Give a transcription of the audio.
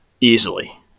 easily